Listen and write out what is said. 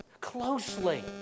closely